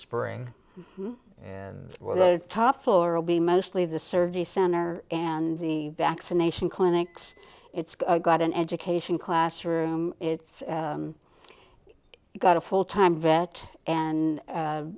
spring where the top floor will be mostly the surgery center and the vaccination clinics it's got an education classroom it's got a full time vet and